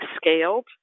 scaled